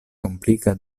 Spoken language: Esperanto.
komplika